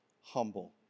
humble